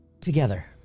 together